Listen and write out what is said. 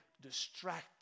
distracted